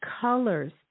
colors